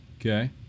Okay